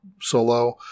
solo